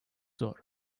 zor